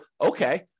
okay